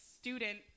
student